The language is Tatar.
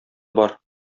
бар